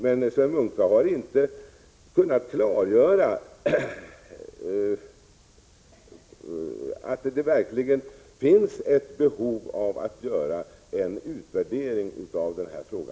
Men Sven Munke har inte kunnat klargöra att det för närvarande verkligen finns ett behov av att göra en utvärdering i denna fråga.